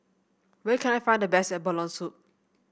where can I find the best Boiled Abalone Soup